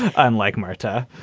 unlike marta.